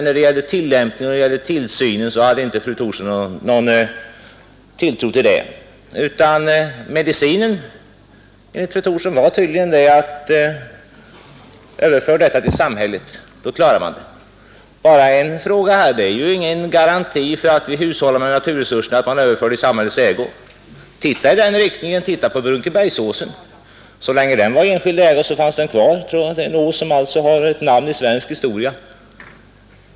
När det gäller tillämpningen och tillsynen hade fru Thorsson inte någon tilltro till det, utan medicinen, fru Thorsson, var tydligen: överför detta till samhället. Då klarar man det. Det är ju ingen garanti för hushållning med naturresurser att man överför dem i samhällets ägo. Titta på Brunkebergsåsen! Så länge den var i enskild ägo fanns den kvar. Det är en ås som har ett namn i svensk historia.